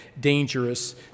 dangerous